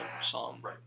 psalm